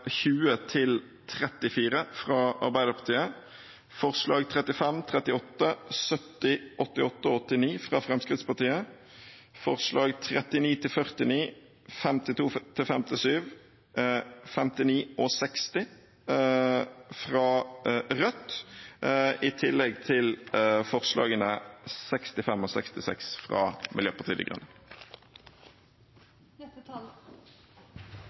fra Arbeiderpartiet, forslagene nr. 35, 38, 70, 88 og 89, fra Fremskrittspartiet, forslagene nr. 39–49, 52–57, 59 og 60, fra Rødt, i tillegg til forslagene nr. 65 og 66, fra Miljøpartiet De